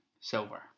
silver